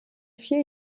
vier